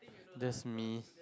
that's me